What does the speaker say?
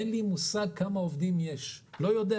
אני לא יודע כמה עובדים יש לי.